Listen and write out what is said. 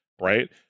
right